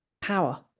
power